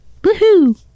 Woohoo